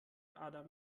adam